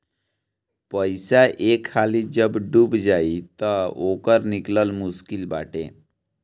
पईसा एक हाली जब डूब जाई तअ ओकर निकल मुश्लिक बाटे